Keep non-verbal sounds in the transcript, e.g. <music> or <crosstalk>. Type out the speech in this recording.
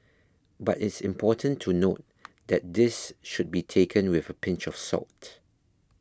but it's important to note <noise> that this should be taken with a pinch of salt